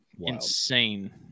insane